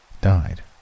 died